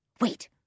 Wait